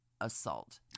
assault